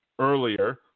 earlier